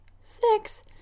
six